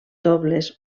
dobles